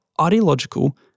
ideological